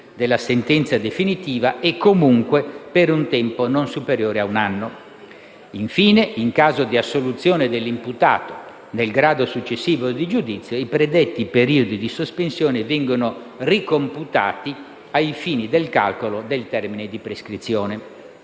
della sentenza definitiva e comunque per un tempo non superiore a un anno; infine, in caso di assoluzione dell'imputato nel grado successivo di giudizio, i predetti periodi di sospensione vengono ricomputati ai fini del calcolo del termine di prescrizione.